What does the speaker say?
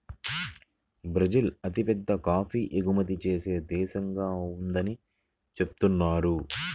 Brazil అతిపెద్ద coffee ఎగుమతి చేసే దేశంగా ఉందని చెబుతున్నారు